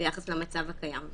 ביחס למצב הקיים.